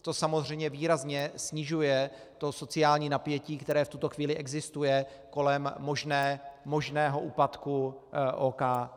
To samozřejmě výrazně snižuje to sociální napětí, které v tuto chvíli existuje kolem možného úpadku OKD.